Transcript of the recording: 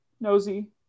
Nosy